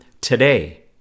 today